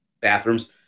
bathrooms